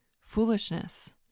Foolishness